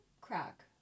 crack